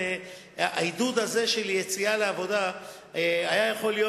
העידוד הזה של יציאה לעבודה היה יכול להיות